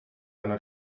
gonna